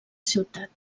ciutat